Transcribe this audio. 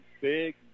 big